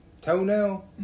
toenail